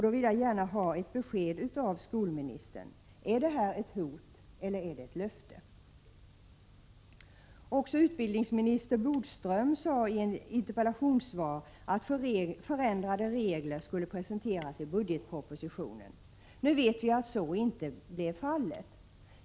Då vill jag gärna ha ett besked av skolministern: Är det här ett hot eller är det ett löfte? Också utbildningsminister Bodström sade i ett interpellationssvar att förändrade regler skulle presenteras i budgetpropositionen. Nu vet vi att så inte blev fallet.